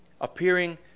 appearing